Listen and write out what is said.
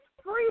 free